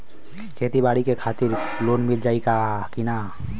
खेती बाडी के खातिर लोन मिल जाई किना?